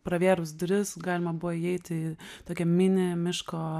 pravėrus duris galima buvo įeiti tokią minią miško